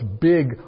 big